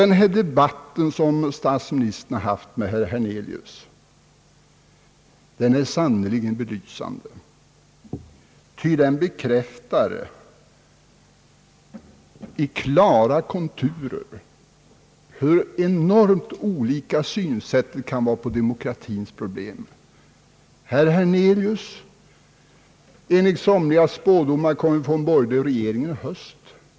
Den debatt som statsministern har haft med herr Hernelius är sannerligen belysande, ty den bekräftar i klara konturer, hur enormt olika synsätt vi kan ha på demokratins problem. Enligt somligas spådomar kommer vi att få en borgerlig regering i höst.